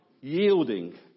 yielding